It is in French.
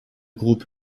groupe